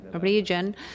region